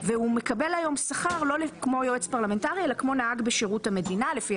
היום הוא מקבל שכר לא כמו יועץ פרלמנטרי אלא כמו נהג בשירות המדינה לפי